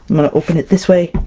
i'm gonna open it this way.